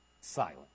Silent